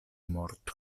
morto